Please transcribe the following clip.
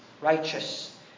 righteous